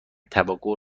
توقع